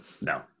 no